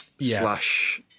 slash